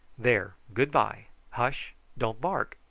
there, good-bye. hush! don't bark.